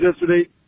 yesterday